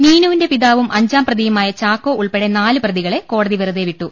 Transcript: നീനുവിന്റെ പിതാവുംഅഞ്ചാം പ്രതിയുമായ ചാക്കോ ഉൾപ്പെടെ നാല് പ്രതികളെ കോടതി വെറുതെ വിട്ടു